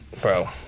Bro